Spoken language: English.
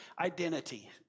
identity